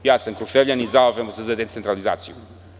Ja sam Kruševljanin, zalažemo se za decentralizaciju.